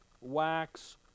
wax